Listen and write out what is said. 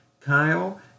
Kyle